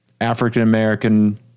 African-American